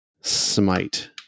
smite